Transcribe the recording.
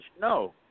No